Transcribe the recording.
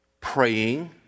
praying